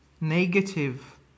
Negative